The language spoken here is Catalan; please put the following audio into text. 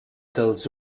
dels